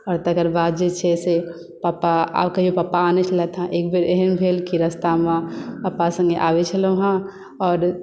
आओर तकर बाद जे छै से पापा कहियो पापा आनय छलथि हेँ एक बेर एहन भेल कि रास्तामे पापा सङ्गे आबैत छलहुँ हेँ आओर